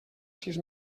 sis